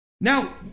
Now